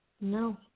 No